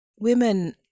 Women